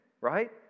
right